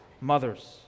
mothers